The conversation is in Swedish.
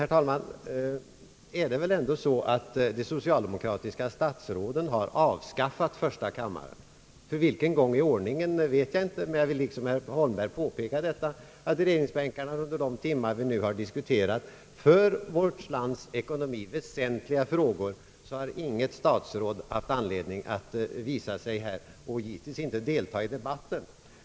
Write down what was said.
Herr talman, det är tydligen så att de socialdemokratiska statsråden har avskaffat första kammaren, för vilken gång i ordningen vet jag inte. Jag vill liksom herr Holmberg påpeka att under de timmar, som vi nu diskuterat för vårt lands ekonomi väsentliga frågor, har inget statsråd ansett sig ha anledning att visa sig här och delta i debatten.